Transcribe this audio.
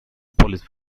police